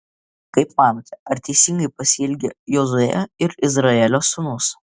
kaip manote ar teisingai pasielgė jozuė ir izraelio sūnus